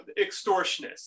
extortionists